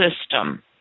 system